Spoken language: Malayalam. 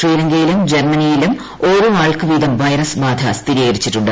ശ്രീലങ്കയിലും ജർമ്മനിയിലും ഓരോ ആൾക്ക് വീതം വൈറസ് ബാധ സ്ഥിരീകരിച്ചിട്ടുണ്ട്